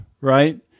right